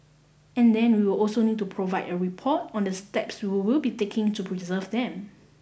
and then we will also need to provide a report on the steps we will be taking to preserve them